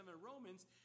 Romans